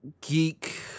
geek